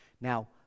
Now